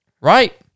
right